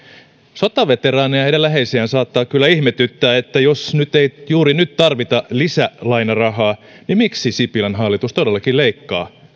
sotaveteraaneja ja heidän läheisiään saattaa kyllä ihmetyttää että jos ei juuri nyt tarvita lisälainarahaa niin miksi sipilän hallitus todellakin leikkaa